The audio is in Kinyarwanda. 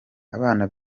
abana